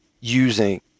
using